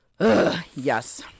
yes